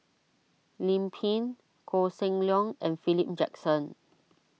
Lim Pin Koh Seng Leong and Philip Jackson